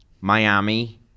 Miami